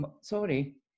sorry